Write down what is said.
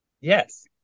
yes